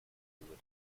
über